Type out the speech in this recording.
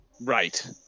Right